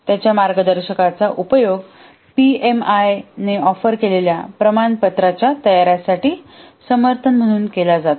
त्याच्या मार्गदर्शकाचा उपयोग पीएमआयने ऑफर केलेल्या प्रमाणपत्राच्या तयारीसाठी समर्थन म्हणून केला जातो